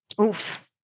Oof